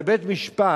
בבית-משפט,